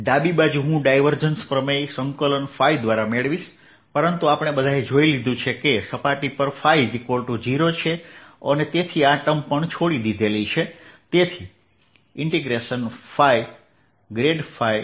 ડાબી બાજુ હું ડાયવર્જેન્સ પ્રમેય સંકલન દ્વારા મેળવીશ પરંતુ આપણે બધાએ જોઈ લીધું છે કે સપાટી પર 0 છે અને તેથી આ ટર્મ પણ છોડી દીધેલ છે